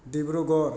Dibrugarh